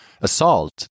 assault